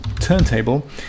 turntable